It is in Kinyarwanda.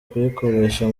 kuyikoresha